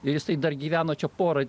ir jisai dar gyveno čia porą